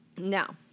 Now